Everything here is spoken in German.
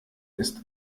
ist